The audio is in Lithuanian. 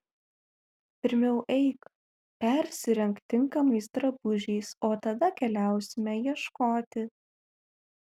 pirmiau eik persirenk tinkamais drabužiais o tada keliausime ieškoti